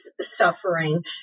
suffering